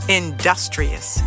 industrious